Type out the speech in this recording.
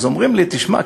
אז אומרים לי: תשמע,